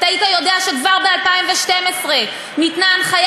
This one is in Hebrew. היית יודע שכבר ב-2012 ניתנה הנחיה